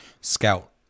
scout